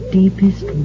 deepest